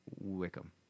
Wickham